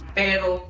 pero